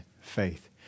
faith